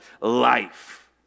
life